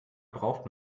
braucht